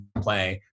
play